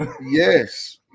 Yes